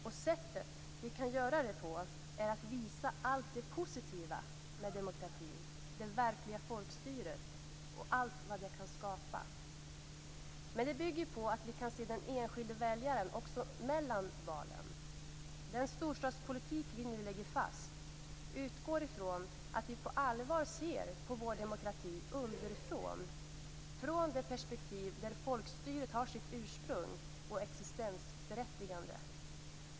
Och sättet vi kan göra det på är att visa allt det positiva med demokratin, det verkliga folkstyret och allt vad det kan skapa. Men det bygger på att vi kan se den enskilde väljaren också mellan valen. Den storstadspolitik som vi nu lägger fast utgår ifrån att vi på allvar ser på vår demokrati underifrån, från det perspektiv där folkstyret har sitt ursprung och existensberättigande.